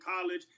college